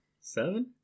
Seven